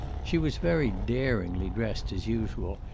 she was very daringly dressed, as usual,